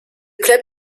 club